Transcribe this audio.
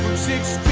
six